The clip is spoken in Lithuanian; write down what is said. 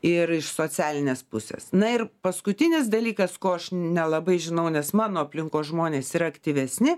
ir iš socialinės pusės na ir paskutinis dalykas ko aš nelabai žinau nes mano aplinkos žmonės yra aktyvesni